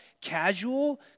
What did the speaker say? Casual